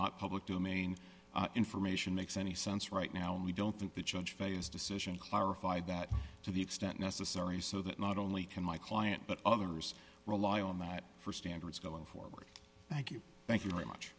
not public domain information makes any sense right now and we don't think that judge phase decision clarified that to the extent necessary so that not only can my client but others rely on that for standards go forward thank you thank you very much